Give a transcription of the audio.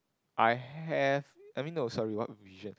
I have I mean no sorry what vision